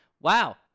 Wow